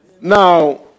Now